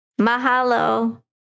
Mahalo